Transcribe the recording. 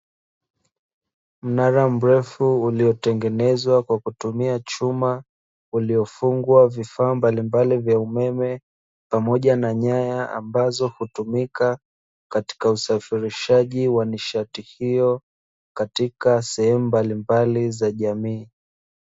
Mnara mrefu uliotengenezwa kwa kutumia chuma, uliyofungwa vifaa mbalimbali vya umeme, pamoja na nyaya ambazo hutumika katika usafirishaji wa nishati hiyo, katika sehemu mbalimbali za jamii.